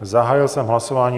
Zahájil jsem hlasování.